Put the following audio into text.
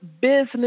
business